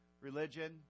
religion